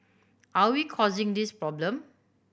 are we causing these problem